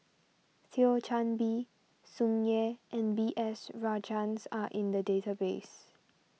Thio Chan Bee Tsung Yeh and B S Rajhans are in the database